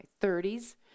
30s